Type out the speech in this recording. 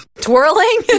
Twirling